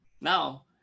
now